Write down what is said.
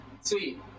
sweet